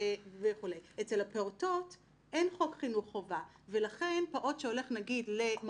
אנחנו בכל הכבוד קודם כל מדברים על זכאות של ילד